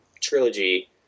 trilogy